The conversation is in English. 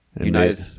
United